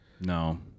No